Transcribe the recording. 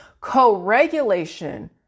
Co-regulation